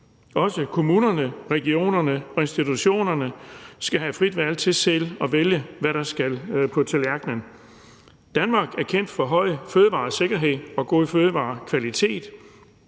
Også kommunerne, regionerne og institutionerne skal have frit valg til selv at vælge, hvad der skal på tallerkenen. Danmark er kendt for høj fødevaresikkerhed og god fødevarekvalitet.